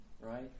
right